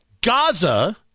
Gaza